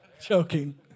Joking